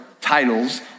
titles